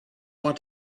want